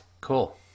Cool